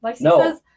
No